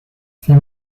c’est